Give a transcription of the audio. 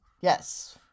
Yes